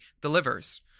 delivers